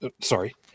sorry